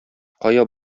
кая